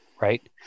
right